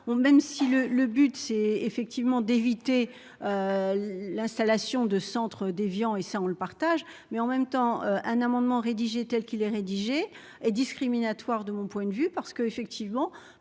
même si le le but c'est effectivement d'éviter. L'installation de centres d'Évian et ça on le partage mais en même temps un amendement rédigé telle qu'il est rédigé et discriminatoire de mon point de vue parce que, effectivement,